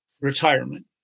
retirement